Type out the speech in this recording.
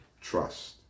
trust